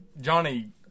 Johnny